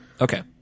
Okay